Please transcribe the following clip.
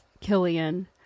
killian